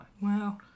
Wow